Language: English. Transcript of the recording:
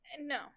No